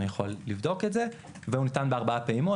אני יכול לבדוק את זה והוא ניתן בארבע פעימות,